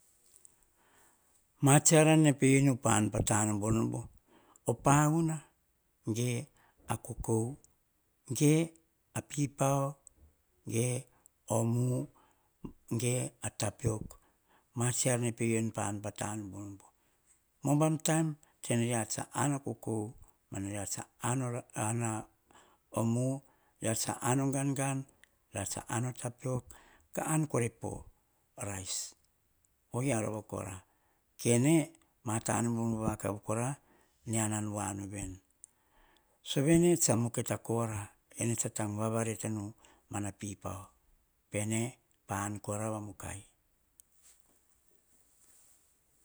Ma tsi aran nene pe u enu pa an pa to nubunubu. O pauna ge, a kokov, ge a pipao, ge o mu, ge a tapiok ma tsi ar nene pe u an enu pa tanubunubu. Ubam taim pa tsene reats a an o kokou tsene reats a om o mu, reats an o gangan, reats pa an o tapiok. Ka om korai po rice. Oyio rova kora, kene ma ta nubunubu vakav, ne am voa nu veni. Sove ne tsa kita kora, ene tsa vavaretenu mana na pipao pene pa an kora va mukai.